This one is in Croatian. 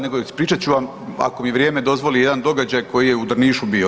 Nego ispričat ću vam ako mi vrijeme dozvoli jedan događaj koji je u Drnišu bio.